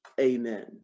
Amen